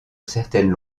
certaines